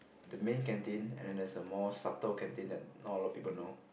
the main canteen and then there's a more subtle canteen that not a lot of people know